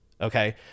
okay